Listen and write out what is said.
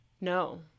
No